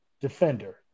defender